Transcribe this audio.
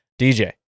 DJ